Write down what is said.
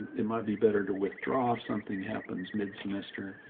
it might be better to withdraw if something happens mid semester,